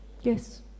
Yes